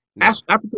Africa